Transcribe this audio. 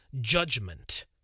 judgment